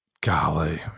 Golly